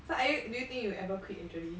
so are you do you think you will ever quit actually